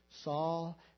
Saul